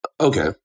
Okay